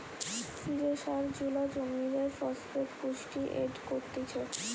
যে সার জুলা জমিরে ফসফেট পুষ্টি এড করতিছে